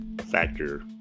factor